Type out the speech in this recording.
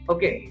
Okay